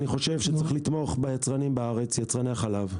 אני חושב שצריך לתמוך ביצרני החלב בארץ.